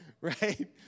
right